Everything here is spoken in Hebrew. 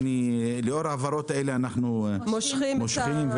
לאור ההבהרות האלה אנחנו מושכים את הבקשה